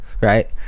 right